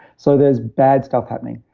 so there's bad stuff happening,